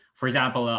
for example, ah